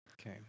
Okay